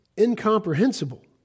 Incomprehensible